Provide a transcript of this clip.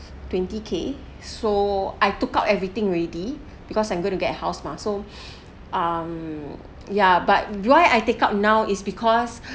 twenty K so I took out everything already because I'm going to get house mah so um yeah but why I take out now is because